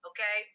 Okay